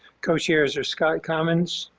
co-chairs are scott commins,